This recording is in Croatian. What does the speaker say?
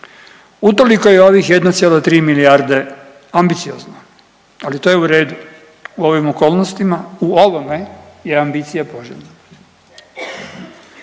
utoliko je ovih 1,3 milijarde ambiciozno, ali to je u redu, u ovim okolnostima u ovome je ambicija poželjna.